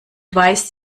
weiß